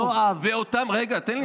יואב, רגע, תן לי.